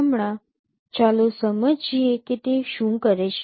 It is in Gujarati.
હમણાં ચાલો સમજીએ કે તે શું કરે છે